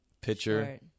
pitcher